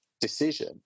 decision